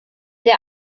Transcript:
der